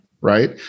right